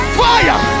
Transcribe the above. fire